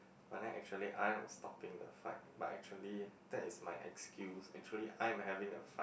but then actually I'm stopping the fight but actually that is my excuse actually I am having a fight